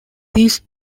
these